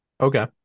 okay